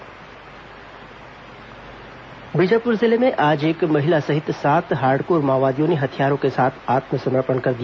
माओवादी समर्पण बीजापुर जिले में आज एक महिला सहित सात हार्डकोर माओवादियों ने हथियारों के साथ आत्मसमर्पण कर दिया